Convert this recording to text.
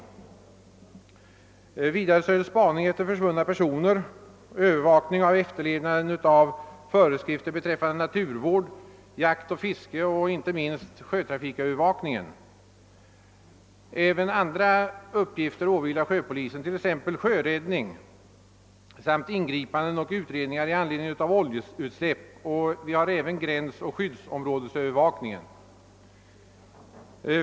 Vidare omfattar verksamheten spaning efter försvunna personer, övervakning av efterlevnaden av föreskrifter beträffande naturvård, jakt och fiske samt inte minst sjötrafikövervakning. Även andra uppgifter åvilar sjöpolisen, t.ex. sjöräddning samt ingripanden och utredningar i anledning av oljeutsläpp och även gränsoch skyddsområdesövervakning.